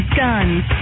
guns